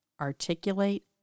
articulate